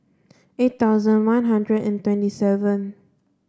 eight thousand one hundred and twenty seven